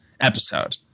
episode